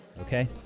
Okay